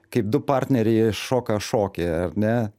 kaip du partneriai šoka šokį ar ne